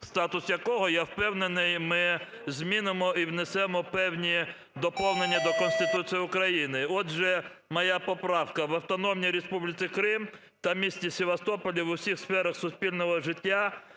статус якого, я впевнений, ми змінимо і внесемо певні доповнення до Конституції України. Отже, моя поправка: "В Автономній Республіці Крим та місті Севастополі в усіх сферах суспільного життя,